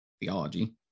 theology